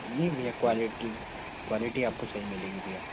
नहीं भैया quality quality आपको सही मिलेगी भइया